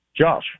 josh